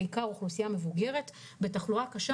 מדובר בעיקר באוכלוסייה מבוגרת בתחלואה קשה.